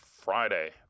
Friday